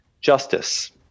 justice